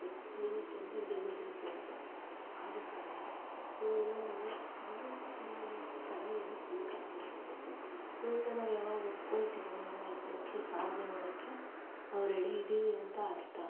next ಏನಕ್ಕೆ ಅಂದರೆ ಗೆಲ್ಲಬೇಕು ಅಂತ ಆದ ಕಾರಣ ಸೋಲನ್ನ ನಾವು ಆದಷ್ಟು ಚೆನ್ನಾಗೇ ಚೆನ್ನಾಗೇನೆ ಸ್ವೀಕಾರ ಮಾಡಬೇಕು ಸೋಲನ್ನ ನಾವು ಯಾವಾಗ ಒಪ್ಕೊಳ್ತೇವೋ ನಾವು ಹೆಚ್ಚೆಚ್ಚು ಸಾಧನೆ ಮಾಡೋಕ್ಕೆ ನಾವು ರೆಡಿ ಇದ್ದೀವಿ ಅಂತ ಅರ್ಥ